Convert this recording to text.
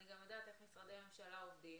אני גם יודעת איך משרדי ממשלה עובדים,